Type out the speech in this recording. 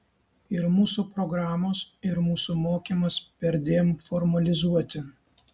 ir mūsų programos ir mūsų mokymas perdėm formalizuoti